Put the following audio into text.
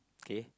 okay